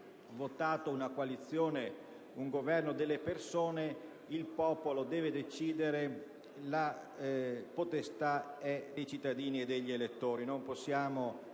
votato una coalizione e un Governo delle persone: il popolo deve decidere, la potestà è dei cittadini e degli elettori;